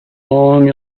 long